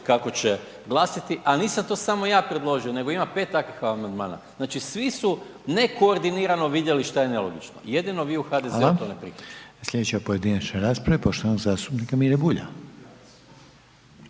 kao će glasiti, al nisam to samo ja predložio nego ima 5 takvih amandmana, znači svi su nekoordinirano vidjeli šta je nelogično, jedino vi u HDZ-u …/Upadica: Hvala/…ne prihvaćate. **Reiner, Željko (HDZ)** Slijedeća pojedinačna rasprava je poštovanog zastupnika Mire Bulja.